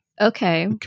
Okay